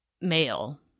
male